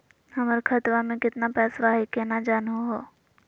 हमर खतवा मे केतना पैसवा हई, केना जानहु हो?